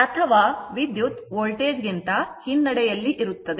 ಅಥವಾ ವಿದ್ಯುತ್ ವೋಲ್ಟೇಜ್ ಗಿಂತ ಹಿನ್ನಡೆಯಲ್ಲಿ ಇರುತ್ತದೆ